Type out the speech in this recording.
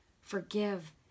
forgive